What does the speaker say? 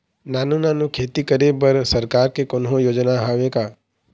नानू नानू खेती करे बर सरकार के कोन्हो योजना हावे का?